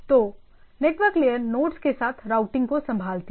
तो network layer nodes के साथ रूटिंग को संभालती है